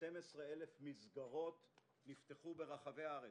12,000 מסגרות נפתחו ברחבי הארץ,